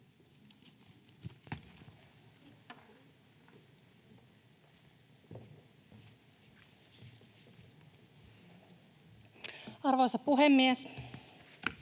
Arvoisa puhemies!